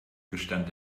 gestand